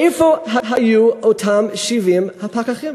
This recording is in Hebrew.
איפה היו אותם 70 הפקחים?